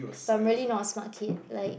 primarily not a smart kid like